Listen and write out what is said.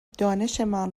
دانشمان